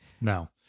No